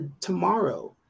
tomorrow